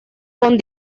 con